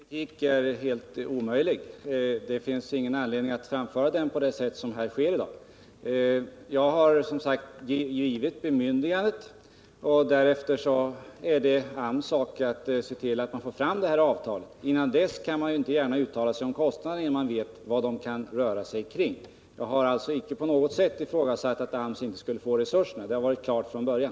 Herr talman! Anna-Greta Leijons kritik är helt orimlig. Det finns ingen anledning att framföra den på det sätt som här sker i dag. Jag har som sagt givit bemyndigandet. Därefter är det AMS sak att få fram avtalet. Innan dess kan man inte gärna uttala sig om kostnaderna, eftersom man inte vet vad dessa kan röra sig om. Jag har alltså inte på något sätt ifrågasatt att AMS inte skulle få resurserna. Det har varit klart från början.